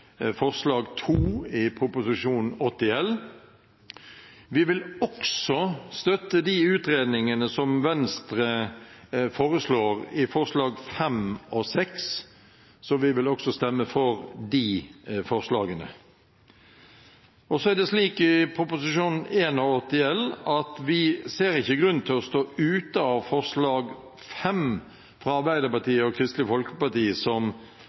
80 L for 2016–2017. Vi vil også støtte de utredningene som Venstre foreslår i forslagene nr. 5 og 6, så vi vil også stemme for de forslagene. Når det gjelder Prop. 81 L for 2016–2017, ser vi ikke noen grunn til å stå utenfor forslag nr. 5, fra Arbeiderpartiet og Kristelig Folkeparti, som